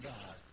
God